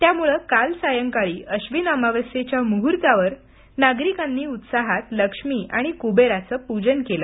त्यामुळं काल सायंकाळी आश्विन अमावास्येच्या मुहूर्तावर नागरिकांनी उत्साहात लक्ष्मी आणि कुबेराचं पूजन केलं